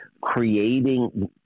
creating